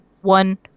one